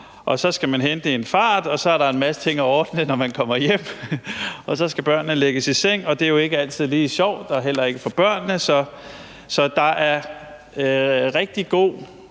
og så skal man hente dem i en fart; og så er der en masse ting at ordne, når man kommer hjem; og så skal de lægges i seng, og det er jo ikke altid lige sjovt, heller ikke for børnene. Så det er rigtig god